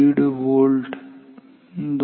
5 volt 2